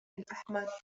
الأحمر